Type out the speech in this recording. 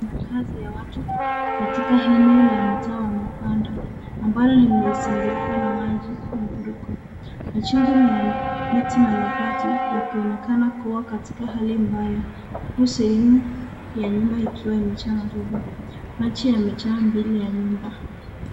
Makazi ya watu katika eneo la mtaa wa mabanda ambalo limezingirwa na maji ya mfuriko. Majengo ni ya miti na mabati yakionekana kuwa katika hali mbaya huku sehemu ya nyumba ikiwa imejaa matope. Maji yamejaa mbele ya nyumba.